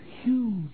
huge